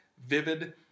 vivid